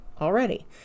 already